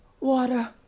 Water